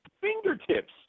fingertips